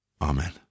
Amen